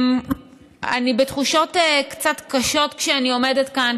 אני בתחושות קצת קשות כשאני עומדת כאן,